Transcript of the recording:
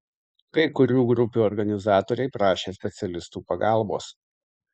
kai kurių grupių organizatoriai prašė specialistų pagalbos